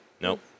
Nope